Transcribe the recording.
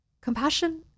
Compassion